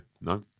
no